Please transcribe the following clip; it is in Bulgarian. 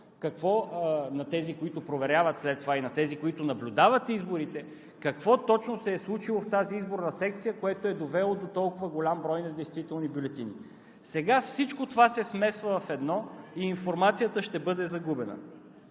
– на тези, които проверяват след това, и на тези, които наблюдават изборите, какво точно се е случило в тази изборна секция, което е довело до толкова голям брой недействителни бюлетини. Сега всичко това се смесва в едно и информацията ще бъде загубена.